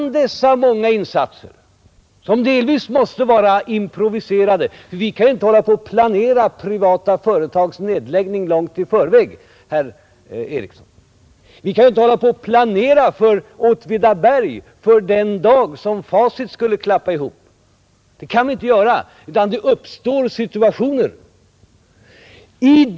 Dessa många insatser måste delvis vara improviserade; vi kan inte hålla på och planera privata företags nedläggning långt i förväg, herr Ericsson. Vi kan inte göra upp planer för Åtvidaberg för den dag när Facit skulle klappa ihop. Det kan vi inte göra, utan det uppstår alltid situationer.